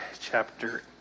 chapter